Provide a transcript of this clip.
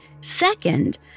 second